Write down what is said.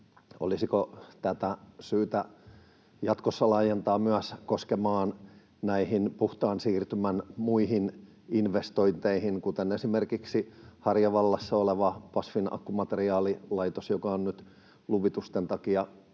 olisiko tätä syytä jatkossa laajentaa koskemaan myös näitä puhtaan siirtymän muita investointeja kuten esimerkiksi Harjavallassa olevaa BASFin akkumateriaalilaitosta, joka on nyt luvitusten takia